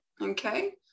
Okay